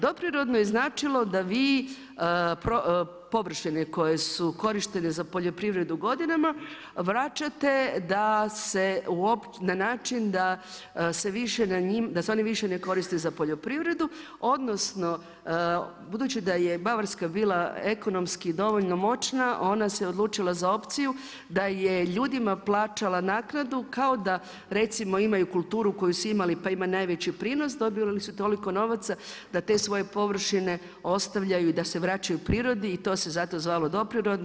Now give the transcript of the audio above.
Doprirodno je značilo da vi površine koje su korištene za poljoprivredu godinama vraćate da se, na način da se više, da se one više ne koriste za poljoprivredu, odnosno budući da je Bavarska bila ekonomski dovoljno moćna ona se odlučila za opciju da je ljudima plaćala naknadu kao da recimo imaju kulturu koju su imali, pa ima najveći prinos, dobivali su toliko novaca da te svoje površine ostavljaju i da se vraćaju prirodi i to se zato zvalo doprirodni.